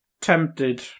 tempted